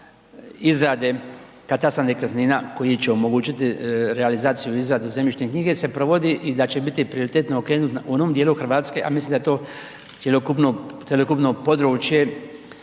izrade katastra nekretnina koji će omogućiti realizaciju i izradu zemljišne knjige se provodi i da će biti prioritetno okrenut onome djelu Hrvatske a mislim da je to cjelokupno područje